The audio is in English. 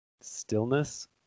stillness